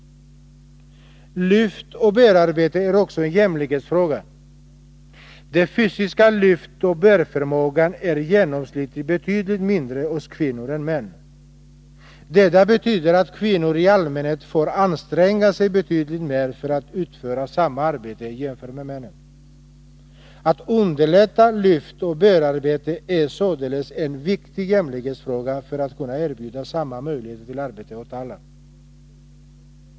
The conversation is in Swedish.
Lyftoch bärarbeten är också en jämlikhetsfråga. Den fysiska lyftoch bärförmågan är genomsnittligt betydligt mindre hos kvinnor än hos män. Detta betyder att kvinnor i allmänhet får anstränga sig betydligt mer än männen för att utföra samma arbete. Att underlätta lyftoch bärarbete är således en viktig jämlikhetsfråga för att kunna erbjuda samma möjlighet till arbete åt alla.